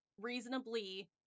reasonably